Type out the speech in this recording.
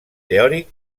teòric